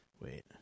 Wait